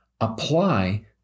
apply